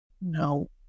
No